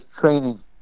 training